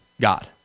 God